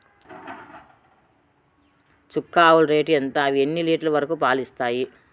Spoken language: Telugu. చుక్క ఆవుల రేటు ఎంత? అవి ఎన్ని లీటర్లు వరకు పాలు ఇస్తాయి?